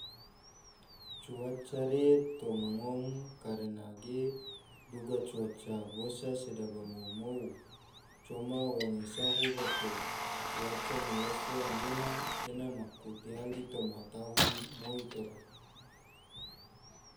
Cuaca re toma ngom karena ge duga cuaca bosa sedaba mou-mou, coma wange sahu bato cuaca malofo anggena ena maku tiali toma tahun moi tora.